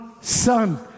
Son